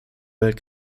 welt